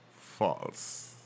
False